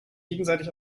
gegenseitig